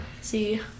see